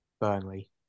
Burnley